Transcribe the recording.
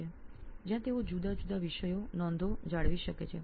વિશેષ રૂપે જ્યાં વિદ્યાર્થીઓએ જુદા જુદા વિષયો નોંધો અને રાખવાની હોય છે